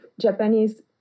Japanese